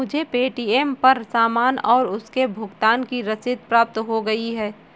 मुझे पे.टी.एम पर सामान और उसके भुगतान की रसीद प्राप्त हो गई है